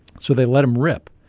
so they let him rip.